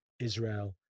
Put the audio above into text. Israel